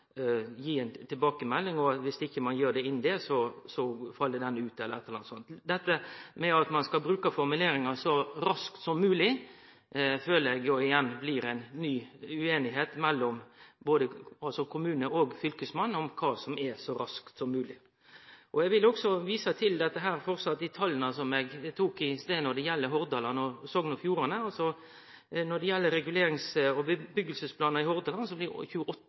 gi ei tilbakemelding. Og om ein ikkje gjer det innan fristen, så fell det bort. Dette med at ein skal bruke formuleringa «så raskt som mogleg», føler eg igjen blir ei ny ueinigheit mellom kommune og Fylkesmannen om kva som er «så raskt som mogleg». Eg vil òg vise til dei tala som eg nemnde i stad når det gjeld Hordaland og Sogn og Fjordane. Når det gjeld regulerings- og byggjeplanar i Hordaland, blir altså 28,6 pst. møtt med motsegner, mens i Sogn og